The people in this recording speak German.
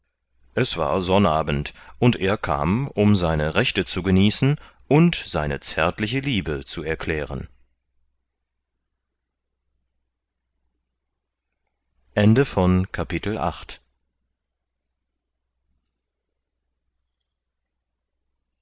es war sonnabend und er kam um seine rechte zu genießen und seine zärtliche liebe zu erklären